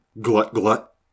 glut-glut